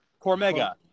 cormega